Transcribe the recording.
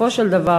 בסופו של דבר,